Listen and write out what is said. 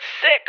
sick